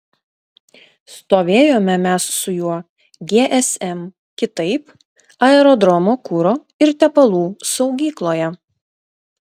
stovėjome mes su juo gsm kitaip aerodromo kuro ir tepalų saugykloje